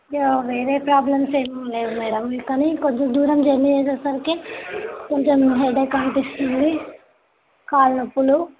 ఇంకా వేరే ప్రాబ్లమ్స్ ఏమీ లేవు మేడం కానీ కొంచెం దూరం జర్నీ చేసేసరికి కొంచెం హెడేక్ అనిపిస్తుంది కాళ్ళు నొప్పులు